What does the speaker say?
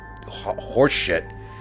horseshit